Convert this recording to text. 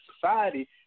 society